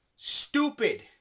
Stupid